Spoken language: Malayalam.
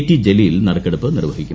ടി ജലീൽ നറുക്കെടുപ്പ് നിർവ്വഹിക്കും